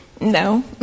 No